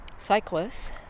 cyclists